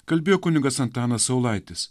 kalbėjo kunigas antanas saulaitis